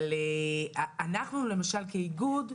אבל אנחנו, למשל, כאיגוד,